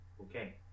Okay